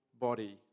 body